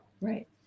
Right